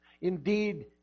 Indeed